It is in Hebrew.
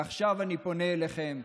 עכשיו אני פונה אליכם,